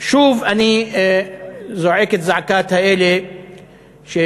שוב אני זועק את זעקת אלה שאומרים: